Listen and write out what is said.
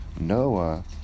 Noah